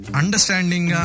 understanding